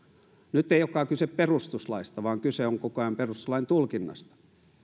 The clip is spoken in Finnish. nyt ei olekaan kysymys perustuslaista vaan kyse on koko ajan perustuslain tulkinnasta